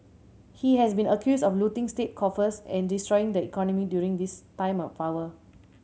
he has been accused of looting state coffers and destroying the economy during this time in power